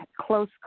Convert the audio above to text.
close